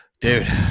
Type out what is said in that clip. Dude